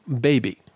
baby